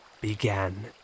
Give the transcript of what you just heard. began